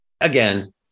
Again